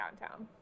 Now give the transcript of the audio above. downtown